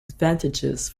advantages